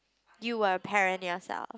you are a parent yourself